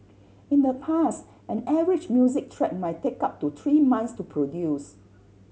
in the past an average music track might take up to three months to produce